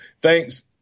thanks